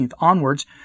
onwards